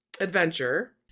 adventure